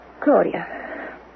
Claudia